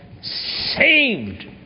Saved